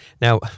Now